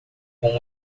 como